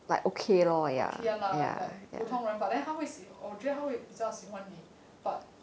okay ya lah okay lah like 普通人 but 他会我觉得他会比较喜欢你